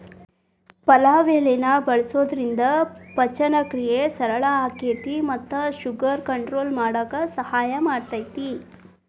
ಪಲಾವ್ ಎಲಿನ ಬಳಸೋದ್ರಿಂದ ಪಚನಕ್ರಿಯೆ ಸರಳ ಆಕ್ಕೆತಿ ಮತ್ತ ಶುಗರ್ ಕಂಟ್ರೋಲ್ ಮಾಡಕ್ ಸಹಾಯ ಮಾಡ್ತೆತಿ